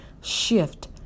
Shift